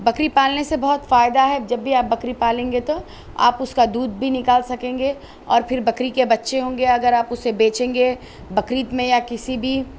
بکری پالنے سے بہت فائدہ ہے جب بھی آپ بکری پالیں گے تو آپ اس کا دودھ بھی نکال سکیں گے اور پھر بکری کے بچے ہوں گے اگر آپ اسے بیچیں گے بقرعید میں یا کسی بھی